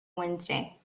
wednesday